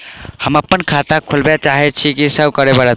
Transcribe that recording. हम अप्पन खाता खोलब चाहै छी की सब करऽ पड़त?